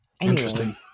Interesting